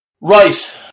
Right